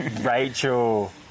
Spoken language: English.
Rachel